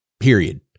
period